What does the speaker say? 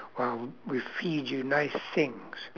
while we feed you nice things